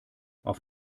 auf